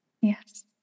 yes